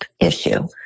issue